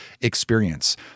experience